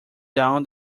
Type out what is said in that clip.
down